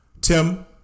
Tim